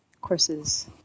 Courses